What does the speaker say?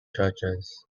churches